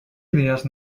idees